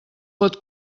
pot